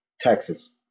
Texas